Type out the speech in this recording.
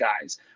guys